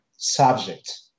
subject